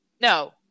no